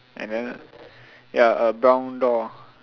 and then ya a brown door